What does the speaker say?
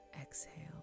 exhale